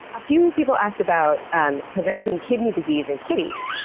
a few people asked about um preventing kidney disease in kitties,